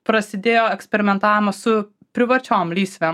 prasidėjo eksperimentavimas su privačiom lysvėm